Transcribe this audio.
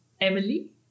Emily